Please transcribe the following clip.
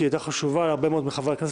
כי היא הייתה חשובה להרבה מאוד מחברי הכנסת